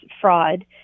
fraud